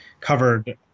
covered